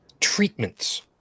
treatments